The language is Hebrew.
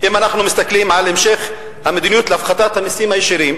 אם אנחנו מסתכלים על המשך המדיניות להפחתת המסים הישירים,